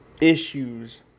issues